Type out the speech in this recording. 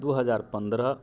दू हजार पन्द्रह